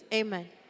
Amen